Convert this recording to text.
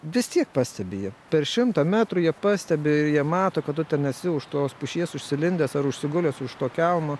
vis tiek pastebi jie per šimto metrų jie pastebi ir jie mato kad tu ten esi už tos pušies užsilindęs ar užsigulęs už to kelmo